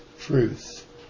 truth